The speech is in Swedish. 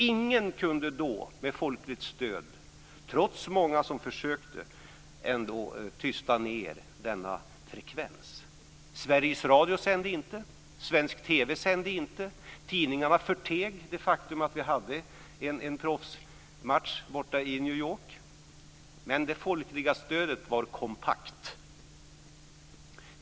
Ingen kunde då med folkligt stöd, trots att många försökte, tysta ned denna frekvens. Tidningarna förteg det faktum att vi hade en proffsmatch borta i New York men det folkliga stödet var kompakt.